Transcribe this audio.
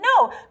no